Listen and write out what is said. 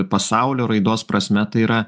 pasaulio raidos prasme tai yra